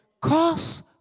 Cause